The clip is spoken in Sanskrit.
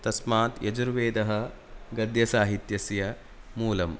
तस्मात् यजुर्वेदः गद्यसाहित्यस्य मूलम्